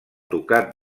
ducat